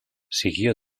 siguió